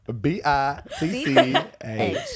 B-I-C-C-H